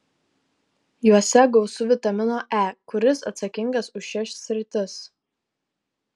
juose gausu vitamino e kuris atsakingas už šias sritis